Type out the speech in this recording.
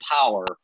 power